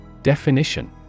Definition